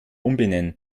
umbenennen